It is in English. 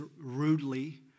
rudely